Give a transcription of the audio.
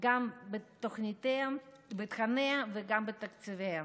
גם בתכניה וגם בתקציביה,